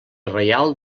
reial